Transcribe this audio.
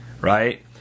right